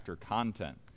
content